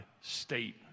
state